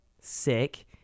sick